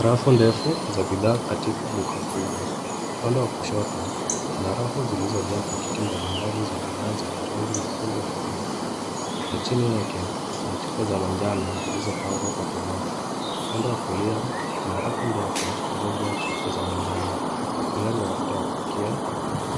Rafu ndefu za bidhaa katika duka kubwa, upande wa kushoto, kuna rafu zilizojaa pakiti mbalimbali za bidhaa zenye rangi nyekundu na bluu. Na chini yake, kuna chupa za manjano zililzopangwa kwa tabaka. Upande wa kulia, kuna rafu ndefu iliyojaa chupa za manjano, huenda ni mafuta ya kupikia,